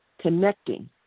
connecting